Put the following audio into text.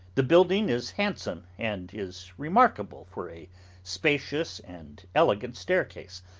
the building is handsome and is remarkable for a spacious and elegant staircase.